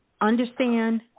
Understand